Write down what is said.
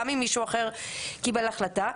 גם אם מישהו אחר קיבל החלטה.